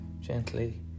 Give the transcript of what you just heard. Gently